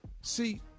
see